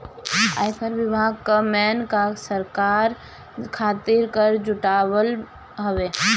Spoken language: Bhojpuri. आयकर विभाग कअ मेन काम सरकार खातिर कर जुटावल हवे